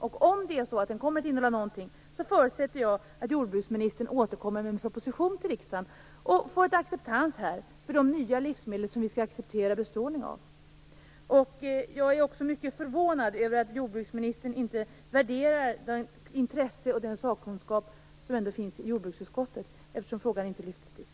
Om den kommer att innehålla någonting förutsätter jag att jordbruksministern återkommer med en proposition till riksdagen för att få acceptans här för de nya livsmedel som vi skall acceptera bestrålning av. Jag är också mycket förvånad över att jordbruksministern inte värderar det intresse och den sakkunskap som finns i jordbruksutskottet, eftersom frågan inte lyftes upp dit.